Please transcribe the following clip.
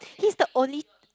he's the only